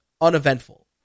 uneventful